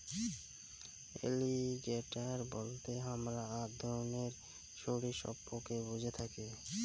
alligator বলতে হামরা আক ধরণের সরীসৃপকে বুঝে থাকি